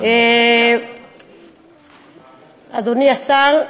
אדוני השר,